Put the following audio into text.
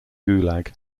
gulag